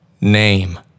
name